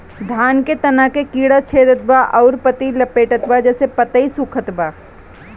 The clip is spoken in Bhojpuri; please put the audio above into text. धान के तना के कीड़ा छेदत बा अउर पतई लपेटतबा जेसे पतई सूखत बा?